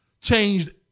changed